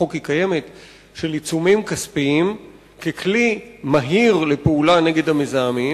עיצומים כספיים ככלי מהיר לפעולה נגד המזהמים.